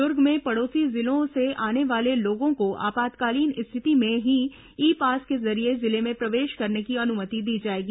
दुर्ग में पड़ोसी जिलों से आने वाले लोगों को आपातकालीन स्थिति में ही ई पास के जरिये जिले में प्रवेश करने की अनुमति दी जाएगी